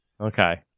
Okay